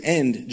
end